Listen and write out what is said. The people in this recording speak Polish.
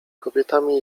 kobietami